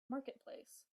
marketplace